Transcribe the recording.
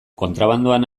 kontrabandoan